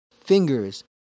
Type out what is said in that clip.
fingers